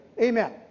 Amen